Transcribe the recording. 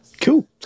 Cool